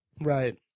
Right